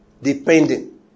depending